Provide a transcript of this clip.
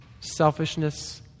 Selfishness